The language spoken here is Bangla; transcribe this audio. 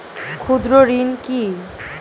ক্ষুদ্র ঋণ কি?